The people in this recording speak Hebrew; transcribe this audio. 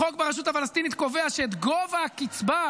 החוק ברשות הפלסטינית קובע שגובה הקצבה,